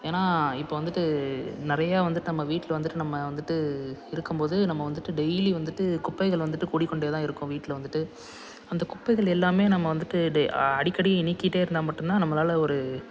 ஏன்னா இப்போ வந்துட்டு நிறையா வந்து நம்ம வீட்டில் வந்துட்டு நம்ம வந்துட்டு இருக்கும் போது நம்ம வந்துட்டு டெய்லி வந்துட்டு குப்பைகள் வந்துட்டு கூடிக் கொண்டு தான் இருக்கும் வீட்டில் வந்துட்டு அந்த குப்பைகள் எல்லம் நம்ம வந்துட்டு டெ அடிக்கடி நீக்கிட்டு இருந்தால் மட்டும்தான் நம்மளால ஒரு